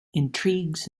intrigues